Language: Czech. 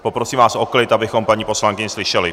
Poprosím vás o klid, abychom paní poslankyni slyšeli.